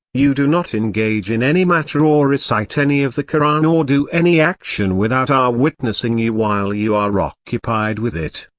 you do not engage in any matter or recite any of the koran or do any action without our witnessing you while you are occupied with it.